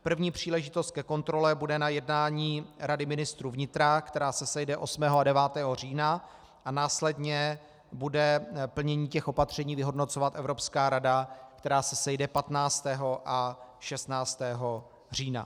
První příležitost ke kontrole bude na jednání Rady ministrů vnitra, která se sejde 8. a 9. října, a následně bude plnění těch opatření vyhodnocovat Evropská rada, která se sejde 15. a 16. října.